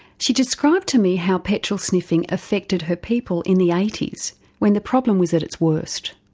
she described to me how petrol sniffing affected her people in the eighty s when the problem was at its worst.